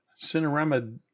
Cinerama